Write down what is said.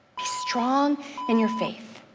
be strong in your faith,